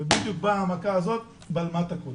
אבל בדיוק באה המכה הזאת ובלמה את הכול.